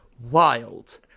wild